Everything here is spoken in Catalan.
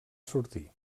sortir